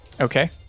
Okay